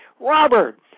Robert